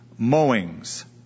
mowings